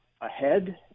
ahead